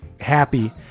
happy